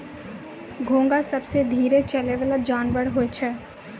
घोंघा सबसें धीरे चलै वला जानवर होय छै